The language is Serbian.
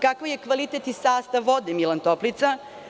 Kakav je kvalitet i sastav vode „Milan Toplica“